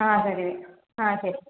ആ അതെയതെ ആ ശരി